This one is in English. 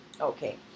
Okay